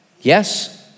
yes